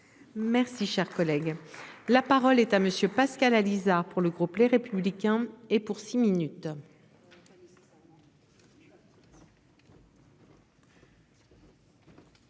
Merci, cher collègue, la parole est à monsieur Pascal Alizart pour le groupe Les Républicains et pour six minutes.